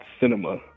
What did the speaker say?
cinema